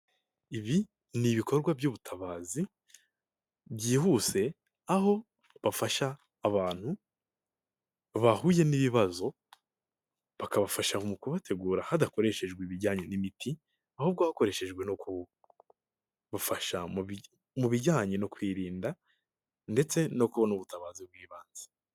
Ibi ni ibikorwa by'ubutabazi byihuse aho bafasha abantu bahuye n'ibibazo bakabafasha mu kubategura hadakoreshejwe ibijyanye n'imiti ahubwo hakoreshejwe no kubafasha mu bijyanye no kwirinda ndetse no kubona ubutabazi bw'ibanze.